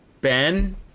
Ben